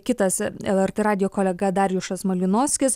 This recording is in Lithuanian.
kitas lrt radijo kolega darjušas malinovskis